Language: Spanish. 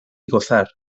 gozar